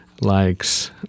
likes